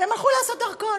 הלכו לעשות דרכון.